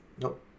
Nope